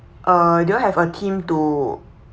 uh do you all have a team to